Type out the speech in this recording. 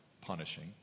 punishing